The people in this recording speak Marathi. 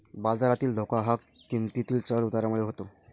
बाजारातील धोका हा किंमतीतील चढ उतारामुळे होतो